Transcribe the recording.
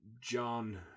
John